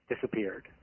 disappeared